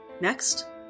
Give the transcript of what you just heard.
Next